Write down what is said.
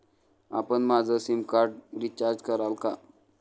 आपण माझं sim card recharge कराल का?